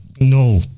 No